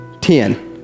ten